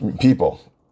People